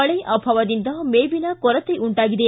ಮಳೆ ಅಭಾವದಿಂದ ಮೇವಿನ ಕೊರತೆ ಉಂಟಾಗಿದೆ